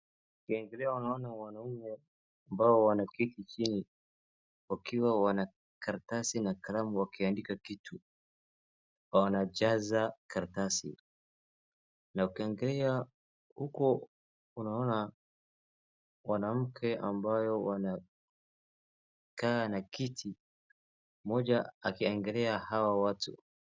Ukiangalia unaona wanaume ambao wanaketi chini, wakiwa wana karatasi na kalamu wakiandika kitu, wanajaza karatasi. Na ukiangalia uko unaona mwanamke ambayo wanakaa na kiti, mmoja akiangalia hawa watu.